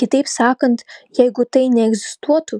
kitaip sakant jeigu tai neegzistuotų